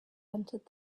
entered